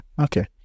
okay